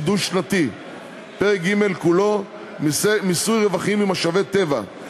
דו-שנתי); פרק ג' כולו (מיסוי רווחים ממשאבי טבע);